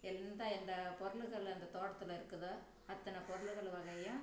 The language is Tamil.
எந்த எந்த பொருளுகள் அந்த தோட்டத்தில் இருக்குதோ அத்தனை பொருளுகள் வகையும்